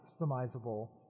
customizable